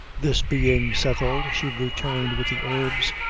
this being-settled, she returned with the herbs,